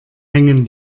hängen